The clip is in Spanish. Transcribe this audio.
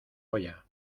olla